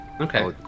Okay